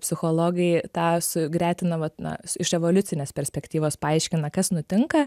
psichologai tą sugretina vat na iš evoliucinės perspektyvos paaiškina kas nutinka